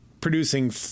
producing –